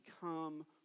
become